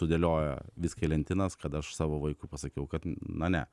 sudėlioja viską į lentynas kad aš savo vaikui pasakiau kad na ne